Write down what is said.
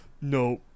no